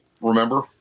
remember